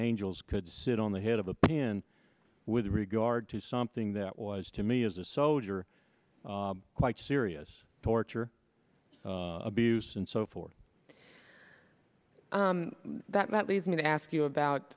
angels could sit on the head of a pin with regard to something that was to me as a soldier quite serious torture abuse and so forth that leads me to ask you about